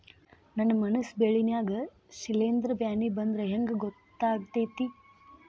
ನನ್ ಮೆಣಸ್ ಬೆಳಿ ನಾಗ ಶಿಲೇಂಧ್ರ ಬ್ಯಾನಿ ಬಂದ್ರ ಹೆಂಗ್ ಗೋತಾಗ್ತೆತಿ?